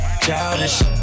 childish